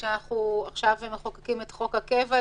כשאנחנו עכשיו מחוקקים את חוק הקבע,